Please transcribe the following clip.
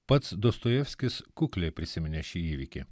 pats dostojevskis kukliai prisiminė šį įvykį